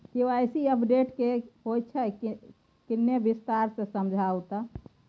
KYC update की होय छै किन्ने विस्तार से समझाऊ ते?